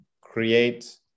create